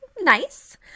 nice